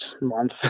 month